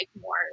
more